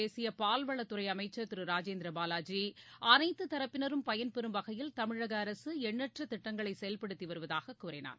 பேசியபால்வளத்துறைஅமைச்சர் திருராஜேந்திரபாவாஜி அனைத்துரப்பினரும் நிகழ்ச்சியில் பயன்பெறும் வகையில் தமிழகஅரசுஎண்ணற்றதிட்டங்களைசெயல்படுத்திவருவதாககூறினார்